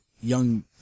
young